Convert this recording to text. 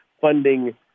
funding